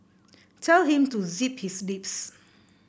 tell him to zip his lips